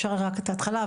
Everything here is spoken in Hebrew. אפשר רק את ההתחלה,